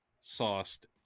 sauced